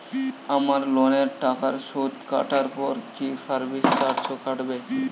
আমার লোনের টাকার সুদ কাটারপর কি সার্ভিস চার্জও কাটবে?